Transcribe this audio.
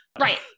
Right